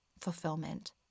fulfillment